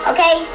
Okay